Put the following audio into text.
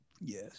Yes